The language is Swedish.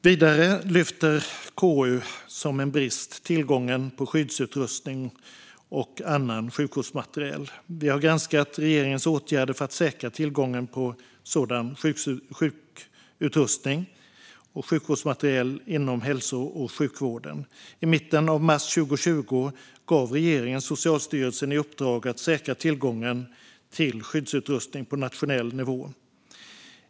Vidare lyfter KU tillgången på skyddsutrustning och annan sjukvårdsmateriel som en brist. Vi har granskat regeringens åtgärder för att säkra tillgången på sådan sjukvårdsutrustning och sjukvårdsmateriel inom hälso och sjukvården. I mitten av mars 2020 gav regeringen Socialstyrelsen i uppdrag att säkra tillgången till skyddsutrustning på nationell nivå.